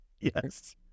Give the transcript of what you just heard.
yes